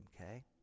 okay